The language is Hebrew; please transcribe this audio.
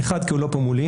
כי הוא לא פה מולי,